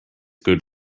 good